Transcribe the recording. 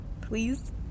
Please